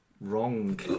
Wrong